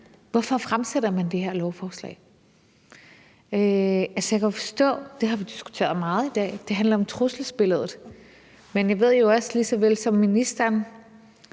Hvorfor fremsætter man det her lovforslag? Jeg kan jo forstå – det har vi diskuteret meget i dag – at det handler om trusselsbilledet, men jeg ved jo også lige såvel som ministeren,